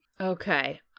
Okay